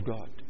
God